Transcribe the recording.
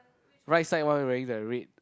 right side one wearing the red